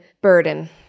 burden